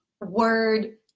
word